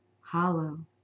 hollow